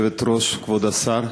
כבוד היושב-ראש, כבוד השר,